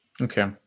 okay